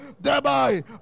thereby